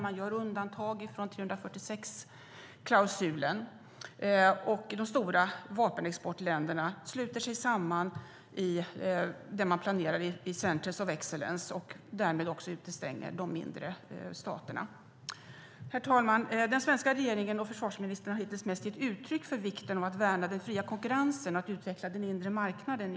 Man gör undantag från 346-klausulen. De stora vapenexportländerna sluter sig samman i centers of excellence och utestänger därmed de mindre staterna. Herr talman! Den svenska regeringen och försvarsministern har hittills mest gett uttryck för vikten av att värna den fria konkurrensen och att utveckla den inre marknaden.